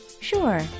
Sure